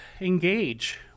engage